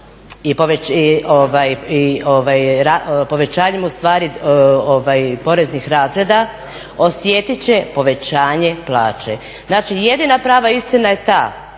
i povećanjem ustvari poreznih razreda osjetit će povećanje plaće. Znači, jedina prava istina je ta